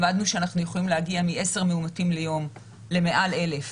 למדנו שאנחנו יכולים להגיע מעשר מאומתים ביום למעל 1,000